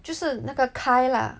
就是那个 Kai lah